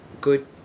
good